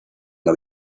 una